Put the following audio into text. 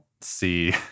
see